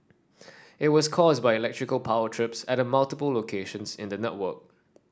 it was caused by electrical power trips at multiple locations in the network